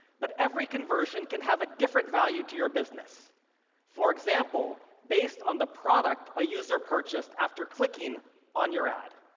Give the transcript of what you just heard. but every conversion can have a different value to your business for example, based on the product a user purchased after clicking on your ad.